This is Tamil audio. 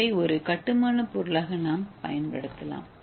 ஏவை ஒரு கட்டுமானப் பொருளாக நாம் பயன்படுத்தலாம்